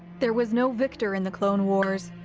there was no victor in the clone wars.